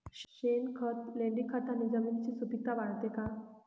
शेणखत, लेंडीखताने जमिनीची सुपिकता वाढते का?